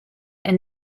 and